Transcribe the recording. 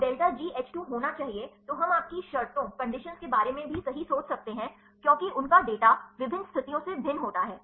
तो delta GH 2 होना चाहिए तो हम आपकी शर्तों के बारे में भी सही सोच सकते हैं क्योंकि उनका डेटा विभिन्न स्थितियों से भिन्न होता है